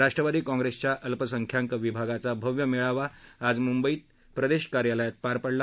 राष्ट्रवादी कॉंप्रेसच्या अल्पसंख्याक विभागाचा भव्य मेळावा आज मुद्धित प्रदेश कार्यालयात पार पडला